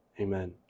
amen